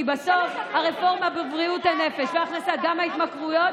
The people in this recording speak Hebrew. כי בסוף הרפורמה בבריאות הנפש וגם ההתמכרויות,